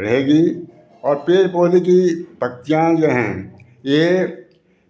रहेगी और पेड़ पौधे की पत्तियाँ जो हैं ये